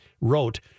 wrote